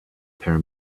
per